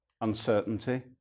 uncertainty